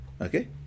Okay